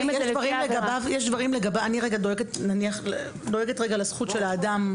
אני דואגת רגע לזכות של האדם.